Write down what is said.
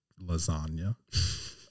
lasagna